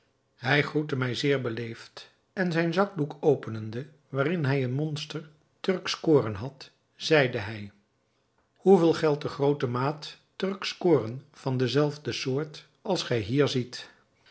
hij groette mij zeer beleefd en zijn zakdoek openende waarin hij een monster turksch koren had zeide hij hoeveel geldt de groote maat turksch koren van dezelfde soort als gij hier ziet